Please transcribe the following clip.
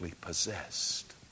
possessed